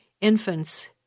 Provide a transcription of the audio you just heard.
infants